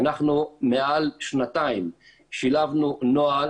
אנחנו מעל שנתיים שילבנו נוהל